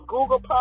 Google